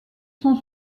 sont